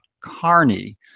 Carney